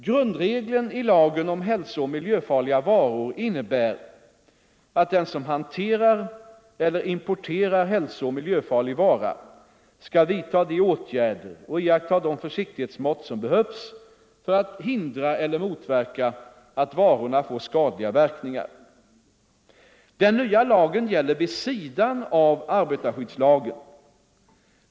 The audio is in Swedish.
Grundregeln i lagen om hälsooch miljöfarliga varor innebär att den som hanterar eller importerar hälsooch miljöfarlig vara skall vidta de åtgärder och iaktta de försiktighetsmått som behövs för att hindra eller motverka att varorna får skadliga verkningar. Den nya lagen gäller vid sidan av arbetarskyddslagen.